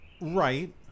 Right